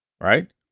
right